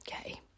okay